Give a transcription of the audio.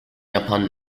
yapan